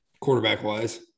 quarterback-wise